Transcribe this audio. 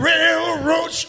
Railroad